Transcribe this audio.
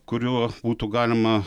kuriuo būtų galima